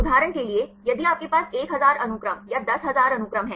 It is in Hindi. उदाहरण के लिए यदि आपके पास 1000 अनुक्रम या 10000 अनुक्रम हैं